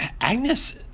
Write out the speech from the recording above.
Agnes